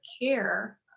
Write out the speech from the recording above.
care